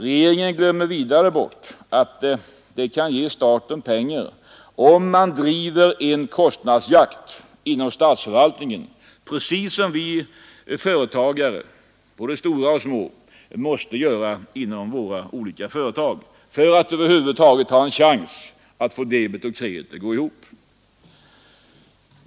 Regeringen glömmer vidare bort att det kan ge staten pengar om man bedriver kostnadsjakt inom statsförvaltningen, precis som vi företagare — både stora och små — måste göra inom våra olika företag för att över huvud taget ha en chans att få debet och kredit att gå ihop.